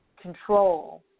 control